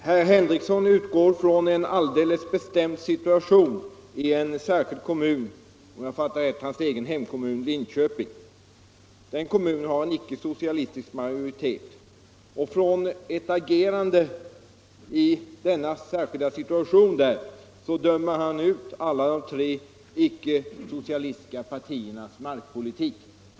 Herr talman! Herr Henrikson utgår från en alldeles bestämd situation i en särskild kommun — om jag fattade honom rätt hans egen hemkommun Linköping. Den kommunen har en icke-socialistisk majoritet, och utifrån dess agerande i ett enda fall dömer han ut alla de tre ickesocialistiska partiernas markpolitik.